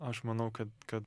aš manau kad kad